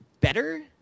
better